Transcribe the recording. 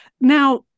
Now